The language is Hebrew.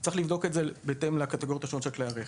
אלא צריך לבדוק את זה בהתאם לקטגוריות השונות של כלי הרכב.